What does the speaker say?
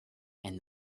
and